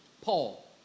Paul